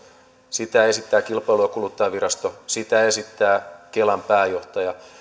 sitä esittävät kilpailu ja kuluttajavirasto sitä esittää kelan pääjohtaja